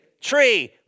tree